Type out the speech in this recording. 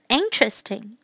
interesting